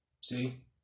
See